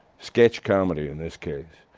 sketch comedy in this case,